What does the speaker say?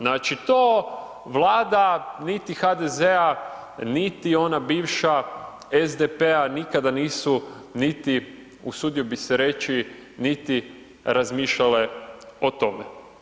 Znači to vlada niti HDZ-a niti ona bivša SDP-a nikada nisu niti, usudio bi se reći niti razmišljale o tome.